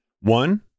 One